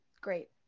great